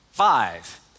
Five